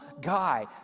guy